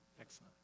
Excellent